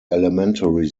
elementary